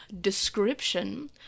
description